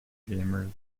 gamers